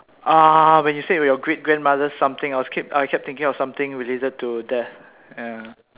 ah when you said about your great grandmother's something I was keep I kept thinking of something related to death ya